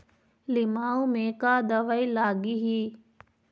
लिमाऊ मे का दवई लागिही?